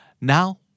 Now